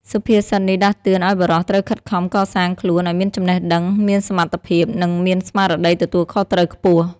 សុភាសិតនេះដាស់តឿនឱ្យបុរសត្រូវខិតខំកសាងខ្លួនឱ្យមានចំណេះដឹង មានសមត្ថភាព និងមានស្មារតីទទួលខុសត្រូវខ្ពស់។